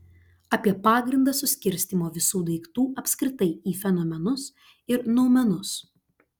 apie pagrindą suskirstymo visų daiktų apskritai į fenomenus ir noumenus